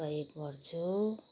प्रयोग गर्छु